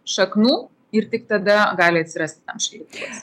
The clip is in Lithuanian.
šaknų ir tik tada gali atsirasti ten šaldytuvas